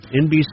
NBC